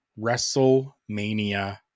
WrestleMania